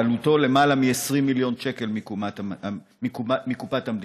שעלותו למעלה מ-20 מיליון שקל מקופת המדינה.